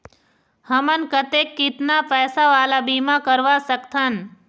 हमन कतेक कितना पैसा वाला बीमा करवा सकथन?